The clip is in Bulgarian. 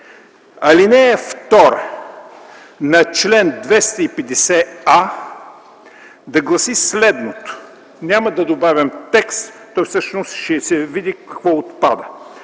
Алинея 2 на чл. 250а да гласи следното – няма да добавям текст, всъщност ще се види какво отпада: